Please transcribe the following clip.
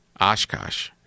Oshkosh